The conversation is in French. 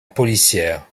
policière